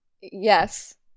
Yes